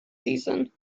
season